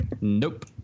Nope